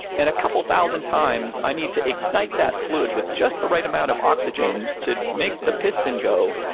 and a couple thousand times, i need to ignite that fluid with just the right amount of oxygen to make the piston go.